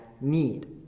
need